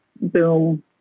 boom